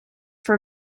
for